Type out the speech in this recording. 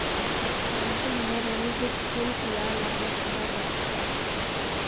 discounting में ऋणी कुछ शुल्क या लागत अदा करता है